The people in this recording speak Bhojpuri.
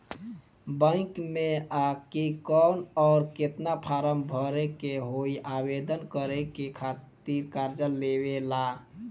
बैंक मे आ के कौन और केतना फारम भरे के होयी आवेदन करे के खातिर कर्जा लेवे ला?